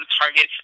targets